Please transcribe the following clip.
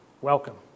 Welcome